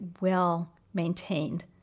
well-maintained